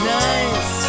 nice